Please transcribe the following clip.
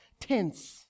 tense